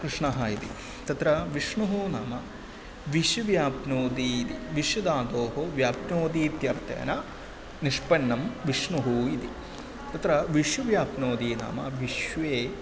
कृष्णः इति तत्र विष्णुः नाम विष्णुः व्याप्नोती इति विश् धातोः व्याप्नोदी इत्यर्थेन निष्पन्नं विष्णुः इति तत्र विश् व्याप्नोदी नाम विश्वे